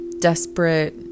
desperate